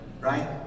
Right